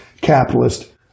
capitalist